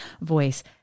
voice